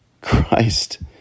Christ